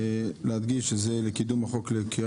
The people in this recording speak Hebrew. אני רוצה להדגיש שזה קידום הצעת החוק לקריאה